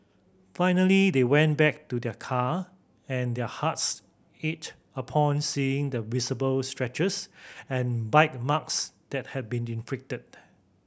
finally they went back to their car and their hearts ached upon seeing the visible scratches and bite marks that had been inflicted